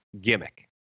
gimmick